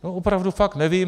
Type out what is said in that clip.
Opravdu fakt nevím.